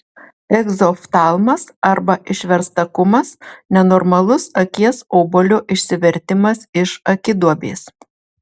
egzoftalmas arba išverstakumas nenormalus akies obuolio išsivertimas iš akiduobės